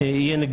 לאתר.